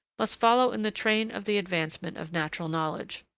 must follow in the train of the advancement of natural knowledge.